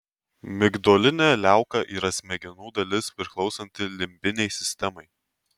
migdolinė liauka yra smegenų dalis priklausanti limbinei sistemai